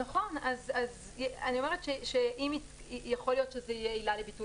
אז אני אומרת שיכול להיות שזאת תהיה עילה לביטול